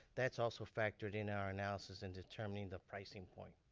that's also factored in our analysis and determining the pricing point.